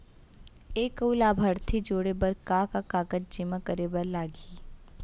एक अऊ लाभार्थी जोड़े बर का का कागज जेमा करे बर लागही?